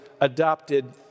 adopted